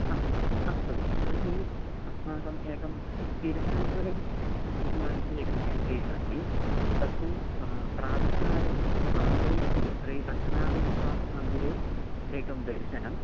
ह अस्तु तर्हि अस्माकम् एकं तिरुवनन्तपुरं मन्दिरे एकं पेकेज् अस्ति तत्तु प्रातःकाले आदौ श्रीपद्मनाभस्वामी मन्दिरे एकं दर्शनं